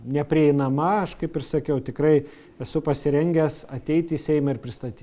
neprieinama aš kaip ir sakiau tikrai esu pasirengęs ateit į seimą ir pristatyt